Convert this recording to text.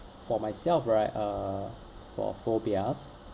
for myself right uh for phobias